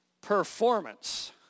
Performance